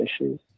issues